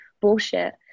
bullshit